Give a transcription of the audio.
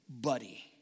buddy